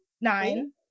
Nine